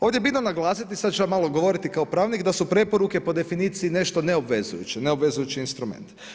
Ovdje je bitno naglasiti, sad ću ja malo govoriti kao pravnik, da su preporuke po definiciji nešto neobvezujuće, neobvezujući instrument.